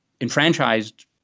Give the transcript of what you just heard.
enfranchised